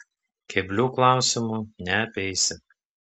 keblių klausimų neapeisi